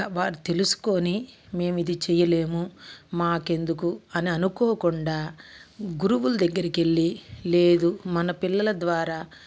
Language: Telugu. వారు తెలుసుకొని మేము ఇది చేయలేము మాకెందుకు అని అనుకోకుండా గురువుల దగ్గరికెళ్ళీ లేదు మన పిల్లల ద్వారా